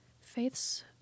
Faith's